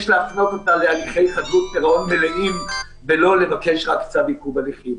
יש להפנות אותה להליכי חדלות פירעון מלאים ולא לבקש רק צו עיכוב הליכים.